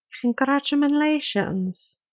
congratulations